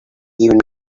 even